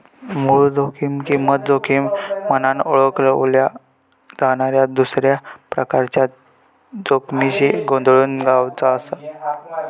मूळ जोखीम किंमत जोखीम म्हनान ओळखल्या जाणाऱ्या दुसऱ्या प्रकारच्या जोखमीशी गोंधळून जावचा नाय